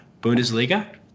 Bundesliga